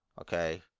Okay